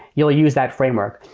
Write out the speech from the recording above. you'll use that framework.